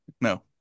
No